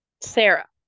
Sarah